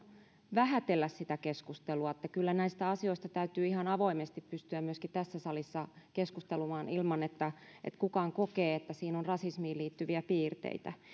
vähätellä sitä keskustelua kyllä näistä asioista täytyy ihan avoimesti pystyä myöskin tässä salissa keskustelemaan ilman että että kukaan kokee että siinä on rasismiin liittyviä piirteitä